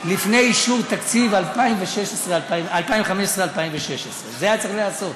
לפני אישור תקציב 2015 2016, זה היה צריך להיעשות.